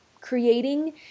creating